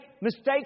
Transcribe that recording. mistakes